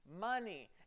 money